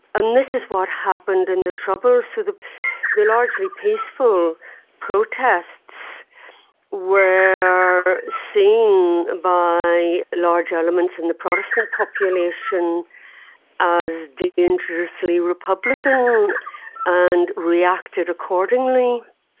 and this is what happened in the troubles. so the the largely peaceful protests were seen by large elements in the protestant population as dangerously republican and reacted accordingly.